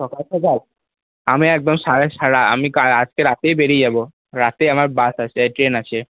সকাল সকাল আমি একদম সাড়ে আমি আজকে রাতেই বেরিয়ে যাব রাতে আমার বাস আছে এই ট্রেন আছে